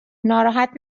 ناراحت